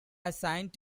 assigned